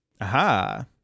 aha